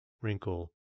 wrinkle